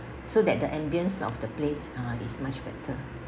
so that the ambience of the place uh is much better